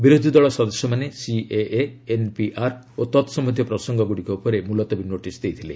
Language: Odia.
ବିରୋଧୀ ଦଳ ସଦସ୍ୟମାନେ ସିଏଏ ଏନ୍ପିଆର୍ ଓ ତତ୍ସମ୍ୟନ୍ଧୀୟ ପ୍ରସଙ୍ଗଗୁଡ଼ିକ ଉପରେ ମୁଲତବୀ ନୋଟିସ୍ ଦେଇଥିଲେ